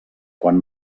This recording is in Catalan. quan